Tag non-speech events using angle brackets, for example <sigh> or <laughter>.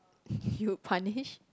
<breath> you'd punish